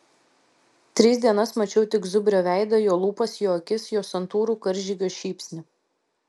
tris dienas mačiau tik zubrio veidą jo lūpas jo akis jo santūrų karžygio šypsnį